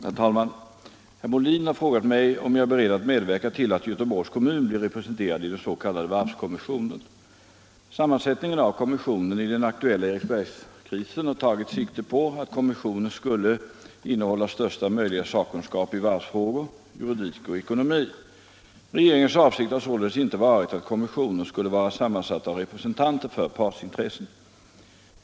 Herr talman! Herr Molin har frågat mig om jag är beredd att medverka till att Göteborgs kommun blir representerad i den s.k. varvskommis Sammansättningen av kommissionen i den aktuella Eriksbergskrisen har tagit sikte på att kommissionen skulle innehålla största möjliga sakkunskap i varvsfrågor, juridik och ekonomi. Regeringens avsikt har således inte varit att kommissionen skulle vara sammansatt av representanter för partsintressen.